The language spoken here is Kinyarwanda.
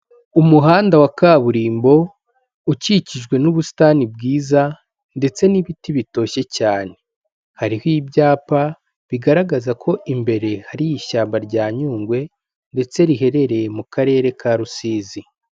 Umuhanda wa kaburimbo ukikijwe n'ubusitani bwiza ndetse n'ibiti bitoshye cyane, hariho ibyapa bigaragaza ko imbere hari ishyamba rya Nyungwe ndetse riherereye mu karere ka Rusizi.